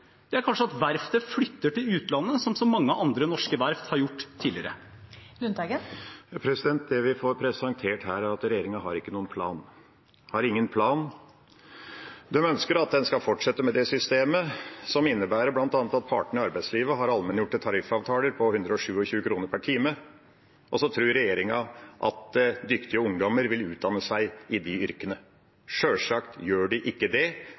Det er kanskje at verftet flytter til utlandet, som så mange andre norske verft har gjort tidligere. Det blir oppfølgingsspørsmål – først Per Olaf Lundteigen. Det vi får presentert her, er at regjeringa ikke har noen plan, har ingen plan. Den ønsker at en skal fortsette med det systemet som bl.a. innebærer at partene i arbeidslivet har allmenngjorte tariffavtaler på 127 kr per time. Tror regjeringa da at dyktige ungdommer vil utdanne seg til de yrkene? Sjølsagt gjør de ikke det.